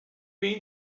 mean